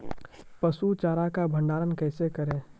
पसु चारा का भंडारण कैसे करें?